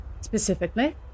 specifically